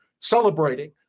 celebrating